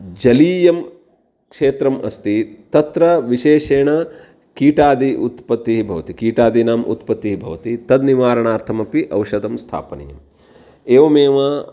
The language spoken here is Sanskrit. जलीयं क्षेत्रम् अस्ति तत्र विशेषेण कीटादीनाम् उत्पत्तिः भवति कीटादीनाम् उत्पत्तिः भवति तस्य निवारणार्थमपि औषधं स्थापनीयम् एवमेव